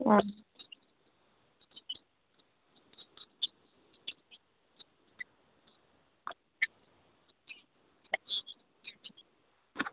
आं